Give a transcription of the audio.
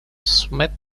smith